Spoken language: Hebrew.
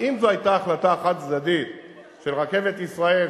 אם זו היתה החלטה חד-צדדית של "רכבת ישראל",